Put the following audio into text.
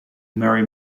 mary